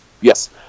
Yes